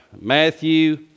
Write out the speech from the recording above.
Matthew